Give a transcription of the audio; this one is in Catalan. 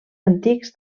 antics